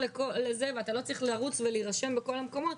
ואתה לא צריך לרוץ ולהירשם בכל המקומות,